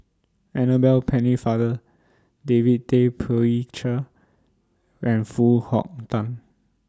Annabel Pennefather David Tay Poey Cher and Foo Hong Tatt